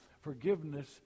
forgiveness